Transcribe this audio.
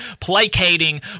placating